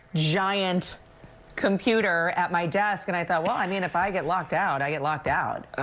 giant computer at my desk and i thought well, i mean if i get locked out, i get locked out.